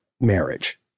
marriage